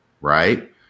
right